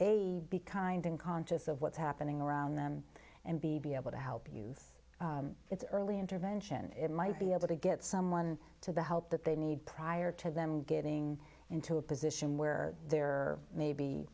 a be kind in conscious of what's happening around them and be be able to help you it's early intervention it might be able to get someone to the help that they need prior to them getting into a position where there may be